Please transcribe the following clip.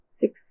six